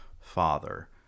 father